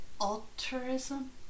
altruism